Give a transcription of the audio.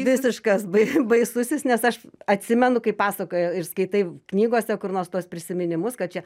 visiškas baisusis nes aš atsimenu kaip pasakojo ir skaitai knygose kur nors tuos prisiminimus kad čia